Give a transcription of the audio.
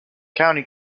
county